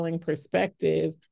perspective